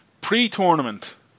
pre-tournament